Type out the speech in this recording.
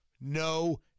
No